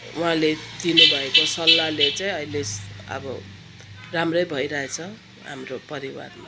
उहाँले दिनुभएको सल्लाहले चाहिँ अहिले अब राम्रै भइरहेको छ हाम्रो परिवारमा